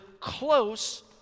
close